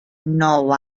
nou